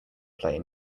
play